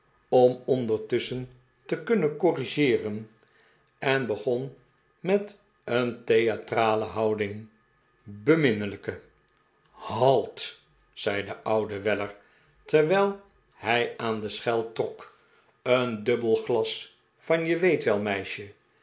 zwijn te kunnen corrigeeren en begon met een theatrale houding beminnelijke halt zei de oude weller terwijl hij aan de schel trok een dubbel glas van je weet wel meisje